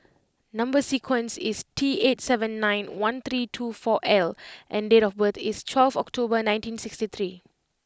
number sequence is T eight seven nine one three two four L and date of birth is twelve October nineteen sixty three